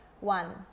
One